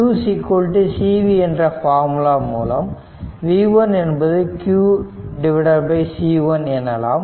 q c v என்ற formula மூலம் v1 என்பது qC1 எனலாம்